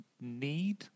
need